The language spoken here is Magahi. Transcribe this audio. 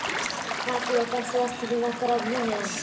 का तू अपन स्वास्थ्य बीमा करवलू हे?